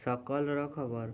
ସକାଳର ଖବର